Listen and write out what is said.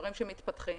דברים שמתפתחים